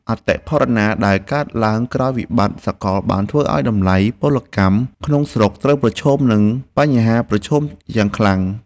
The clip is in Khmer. អតិផរណាដែលកើតឡើងក្រោយវិបត្តិសកលបានធ្វើឱ្យតម្លៃកម្លាំងពលកម្មក្នុងស្រុកត្រូវប្រឈមនឹងបញ្ហាប្រឈមយ៉ាងខ្លាំង។